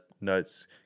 notes